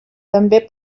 també